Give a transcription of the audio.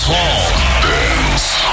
Dance